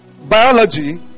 biology